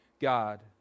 God